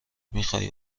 میخوای